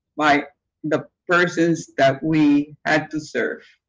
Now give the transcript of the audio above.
by the persons that we had to serve.